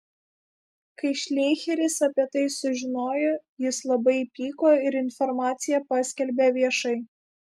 kai šleicheris apie tai sužinojo jis labai įpyko ir informaciją paskelbė viešai